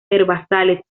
herbazales